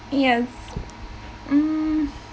yes mm